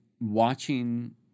watching –